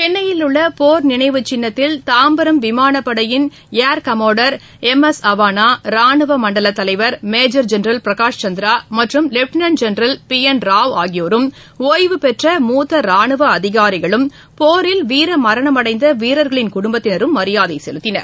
சென்னையில் உள்ள போர் நினைவு சின்னத்தில் தாம்பரம் விமானப்படையின் ஏர்கமோடர் எம் எஸ் அவனா ரானுவ மண்டல தலைவா் மேஜா் ஜெனரல் பிரகாஷ் சந்திரா மற்றும் லெப்டினென்ட் ஜெனரல் பி என் ஆகியோரும் ஒய்வுபெற்ற மூத்த ராணுவ அதிகாரிகளும் போரில் வீரமரணமடைந்த வீரர்களின் ராவ் குடும்பத்தினரும் மரியாதை செலுத்தினர்